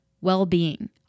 well-being